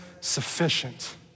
sufficient